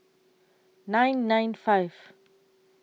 nine nine five